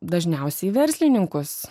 dažniausiai verslininkus